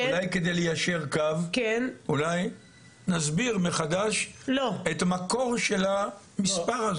אולי כדי ליישר קו נסביר מחדש את המקור של המספר הזה.